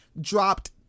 dropped